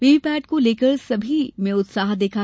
VVPAT को लेकर सभी में उत्साह रहा